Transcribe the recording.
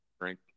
drink